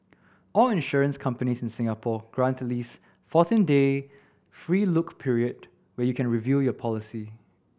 all insurance companies in Singapore grant at least fourteen day free look period where you can review your policy